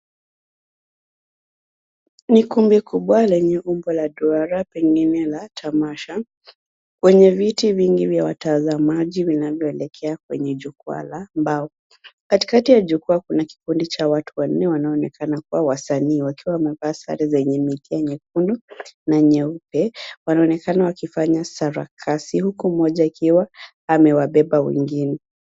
Ni kumbi kubwa lenye umbo wa duara pengine la tamasha wenye viti vingi vya watazamaji vinavyoelekea kwenye jukwaa la mbao. Katikati ya jukwaa kuna kikundi cha watu wanne wanaoonekana kuwa wasanii wakiwa wamevaa sare zenye mikia mekundu na nyeupe. Wanaonekana wakifanya sarakasi huku mmoja akiwa amewabeba wengine.